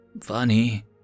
funny